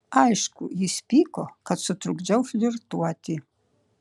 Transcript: aišku jis pyko kad sutrukdžiau flirtuoti